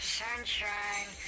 sunshine